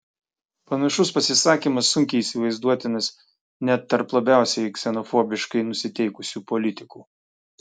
panašus pasisakymas sunkiai įsivaizduotinas net tarp labiausiai ksenofobiškai nusiteikusių politikų